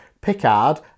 Picard